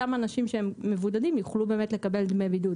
אותם אנשים שהם מבודדים יוכלו באמת לקבל דמי בידוד.